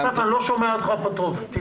אני לא שומע אותך טוב, תצעק.